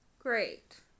Great